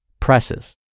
Presses